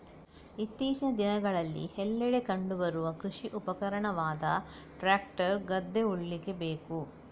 ಇತ್ತೀಚಿನ ದಿನಗಳಲ್ಲಿ ಎಲ್ಲೆಡೆ ಕಂಡು ಬರುವ ಕೃಷಿ ಉಪಕರಣವಾದ ಟ್ರಾಕ್ಟರ್ ಗದ್ದೆ ಉಳ್ಳಿಕ್ಕೆ ಬೇಕು